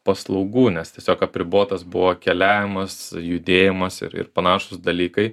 paslaugų nes tiesiog apribotas buvo keliavimas judėjimas ir ir panašūs dalykai